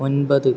ഒൻപത്